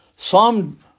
Psalm